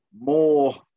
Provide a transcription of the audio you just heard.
more